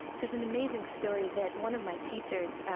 there's an amazing story that one of my teachers,